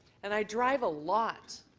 and i drive a lot.